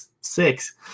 six